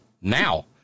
now